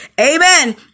amen